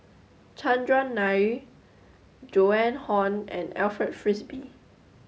Chandran Nair Joan Hon and Alfred Frisby